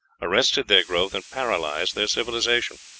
arrested their growth, and paralyzed their civilization.